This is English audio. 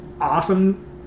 awesome